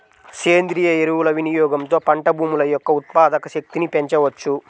సేంద్రీయ ఎరువుల వినియోగంతో పంట భూముల యొక్క ఉత్పాదక శక్తిని పెంచవచ్చు